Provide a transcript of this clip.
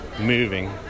moving